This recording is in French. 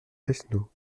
fesneau